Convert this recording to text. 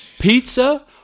pizza